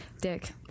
Dick